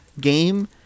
game